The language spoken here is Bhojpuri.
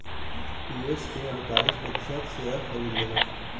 येस के अड़तालीस प्रतिशत शेअर खरीद लेलस